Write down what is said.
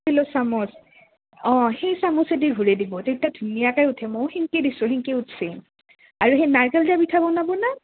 ষ্টীলৰ চামুচ অঁ সেই চামুচেদি ধৰি দিব তেত্যা ধুনীয়াকৈ উঠে ময়ো সেংকে দিছোঁ সেংকে উঠছে আৰু সেই নাৰিকল দিয়া পিঠা বনাব না